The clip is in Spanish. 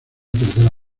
tercera